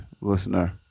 listener